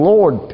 Lord